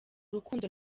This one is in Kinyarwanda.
rukundo